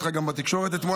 שמעתי אותך גם בתקשורת אתמול.